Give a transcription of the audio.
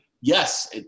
yes